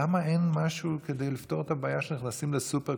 למה אין משהו כדי לפתור את הבעיה כשנכנסים לסופר,